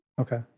okay